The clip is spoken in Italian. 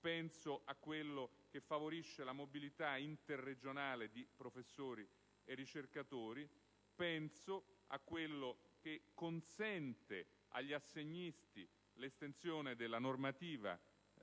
penso a quello che favorisce la mobilità interregionale di professori e ricercatori, penso a quello che consente agli assegnisti l'estensione della normativa